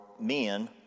men